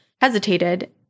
hesitated